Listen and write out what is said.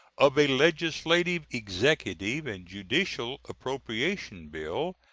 of a legislative, executive, and judicial appropriation bill,